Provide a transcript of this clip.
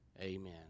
Amen